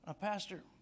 Pastor